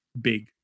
big